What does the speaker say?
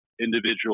individual